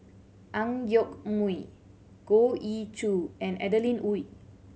Ang Yoke Mooi Goh Ee Choo and Adeline Ooi